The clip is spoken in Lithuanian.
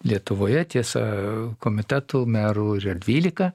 lietuvoje tiesa komitetų merų yra dvylika